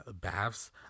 baths